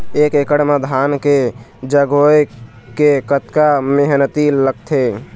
एक एकड़ म धान के जगोए के कतका मेहनती लगथे?